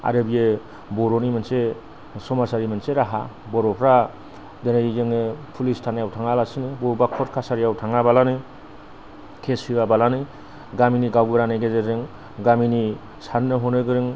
आरो बियो बर'नि मोनसे समाजारि मोनसे राहा बर'फ्रा जेरै जोङो पुलिस थानायाव थाङा लासिनो बबेबा क'र्ट कासारियाव थाङाबानो केस होआबालानो गामिनि गावबुरानि गेजेरजों गामिनि साननो हनो गोरों